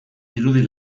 dirudi